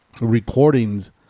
recordings